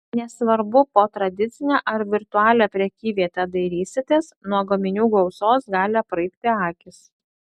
nesvarbu po tradicinę ar virtualią prekyvietę dairysitės nuo gaminių gausos gali apraibti akys